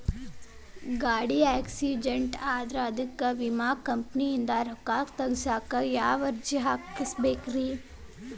ಗಾಡಿ ಆಕ್ಸಿಡೆಂಟ್ ಆದ್ರ ಅದಕ ವಿಮಾ ಕಂಪನಿಯಿಂದ್ ರೊಕ್ಕಾ ತಗಸಾಕ್ ಯಾವ ಅರ್ಜಿ ತುಂಬೇಕ ಆಗತೈತಿ?